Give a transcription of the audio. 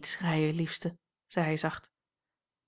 schreien liefste zei hij zacht